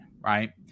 right